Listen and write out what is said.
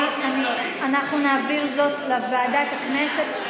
ואני מציעה שאנחנו נעביר זאת לוועדת הכנסת.